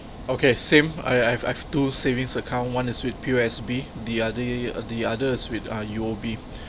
okay same I I I've two savings account one is with P_O_S_B the other the other is with uh U_O_B